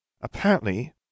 Apparently